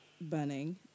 burning